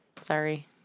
Sorry